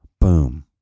Boom